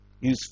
use